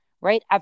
right